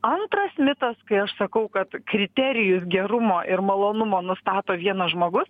antras mitas kai aš sakau kad kriterijus gerumo ir malonumo nustato vienas žmogus